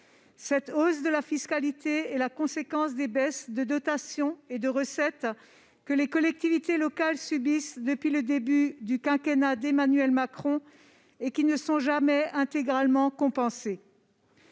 Cette hausse de la fiscalité est la conséquence des baisses de dotations et de recettes que les collectivités locales subissent depuis le début du quinquennat d'Emmanuel Macron et qui ne sont jamais intégralement compensées.